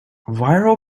viral